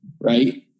right